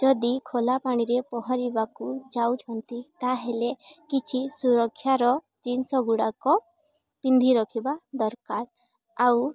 ଯଦି ଖୋଲା ପାଣିରେ ପହଁରିବାକୁ ଯାଉଛନ୍ତି ତାହେଲେ କିଛି ସୁରକ୍ଷାର ଜିନିଷ ଗୁଡ଼ାକ ପିନ୍ଧି ରଖିବା ଦରକାର ଆଉ